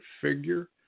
figure